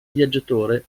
viaggiatore